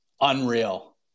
unreal